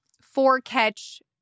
four-catch